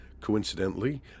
Coincidentally